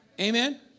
Amen